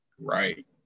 Right